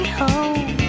home